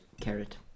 Carrot